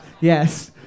Yes